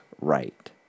right